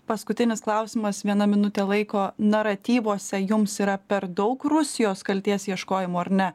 paskutinis klausimas viena minutė laiko naratyvuose jums yra per daug rusijos kaltės ieškojimo ar ne